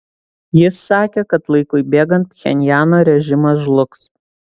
jis sakė kad laikui bėgant pchenjano režimas žlugs